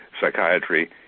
psychiatry